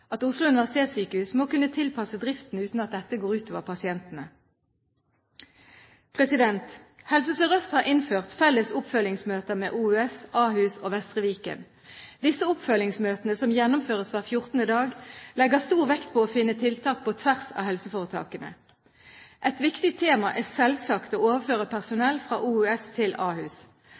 at Oslo universitetssykehus må kunne tilpasse driften uten at dette går ut over pasientene. Helse Sør-Øst har innført felles oppfølgingsmøter med Oslo universitetssykehus, Ahus og Vestre Viken. Disse oppfølgingsmøtene, som gjennomføres hver 14. dag, legger stor vekt på å finne tiltak på tvers av helseforetakene. Et viktig tema er selvsagt å overføre personell fra Oslo universitetssykehus til Ahus.